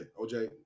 OJ